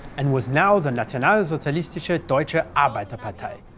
and was now the and but nationalsozialistische deutsche ah arbeiterpartei,